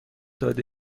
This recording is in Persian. داده